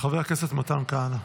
חבר הכנסת מתן כהנא,